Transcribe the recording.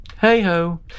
Hey-ho